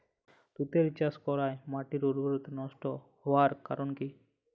তুতে চাষ করাই মাটির উর্বরতা নষ্ট হওয়ার কারণ কি?